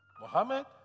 Mohammed